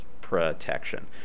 protection